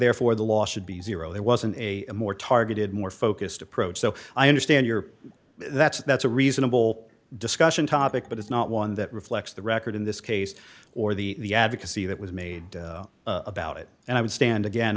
therefore the law should be zero there wasn't a more targeted more focused approach so i understand you're that's that's a reasonable discussion topic but it's not one that reflects the record in this case or the advocacy that was made about it and i would stand again